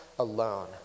Alone